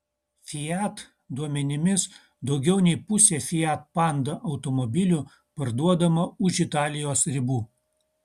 fiat duomenimis daugiau nei pusė fiat panda automobilių parduodama už italijos ribų